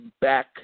back